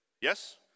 Yes